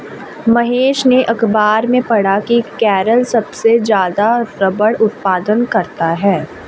महेश ने अखबार में पढ़ा की केरल सबसे ज्यादा रबड़ उत्पादन करता है